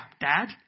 dad